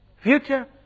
Future